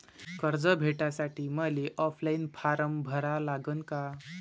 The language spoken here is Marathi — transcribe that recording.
कर्ज भेटासाठी मले ऑफलाईन फारम भरा लागन का?